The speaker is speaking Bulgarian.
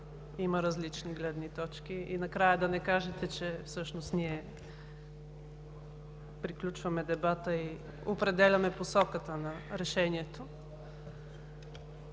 има различни гледни точки, и накрая да не кажете, че всъщност ние приключваме дебата и определяме посоката на решението.